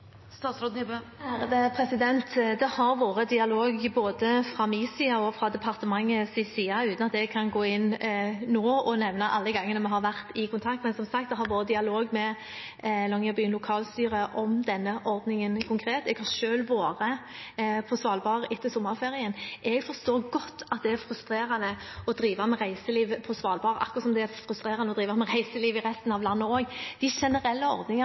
Det har vært dialog både fra min side og fra departementets side, uten at jeg kan gå inn nå og nevne alle de gangene vi har vært i kontakt. Men det har som sagt vært dialog med Longyearbyen lokalstyre om denne ordningen konkret. Jeg har selv vært på Svalbard etter sommerferien. Jeg forstår godt at det er frustrerende å drive med reiseliv på Svalbard, akkurat som det er frustrerende å drive med reiseliv i resten av landet også. De generelle